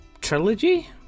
trilogy